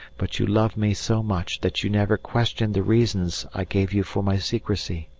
but you loved me so much that you never questioned the reasons i gave you for my secrecy.